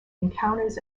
encounters